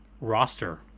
roster